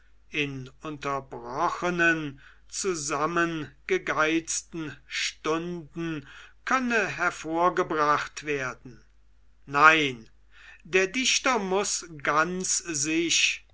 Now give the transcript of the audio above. in unterbrochenen zusammengegeizten stunden könne hervorgebracht werden nein der dichter muß ganz sich